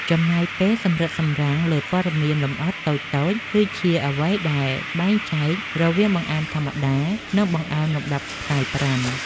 ចំណាយពេលសម្រិតសម្រាំងលើព័ត៌មានលម្អិតតូចៗ គឺជាអ្វីដែលបែងចែករវាងបង្អែមធម្មតា និងបង្អែមលំដាប់ផ្កាយប្រាំ។